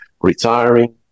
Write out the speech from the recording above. retiring